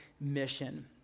mission